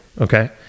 okay